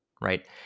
right